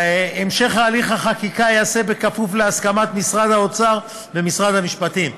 והמשך הליך החקיקה ייעשה בכפוף להסכמת משרד האוצר ומשרד המשפטים.